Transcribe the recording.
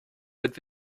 mit